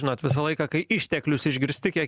žinot visą laiką kai išteklius išgirsti kiek